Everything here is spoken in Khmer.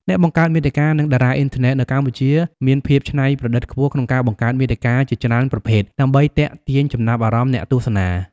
អ្នកបង្កើតមាតិកា និងតារាអុីនធឺណិតនៅកម្ពុជាមានភាពច្នៃប្រឌិតខ្ពស់ក្នុងការបង្កើតមាតិកាជាច្រើនប្រភេទដើម្បីទាក់ទាញចំណាប់អារម្មណ៍អ្នកទស្សនា។